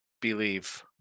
Believe